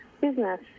business